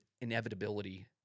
inevitability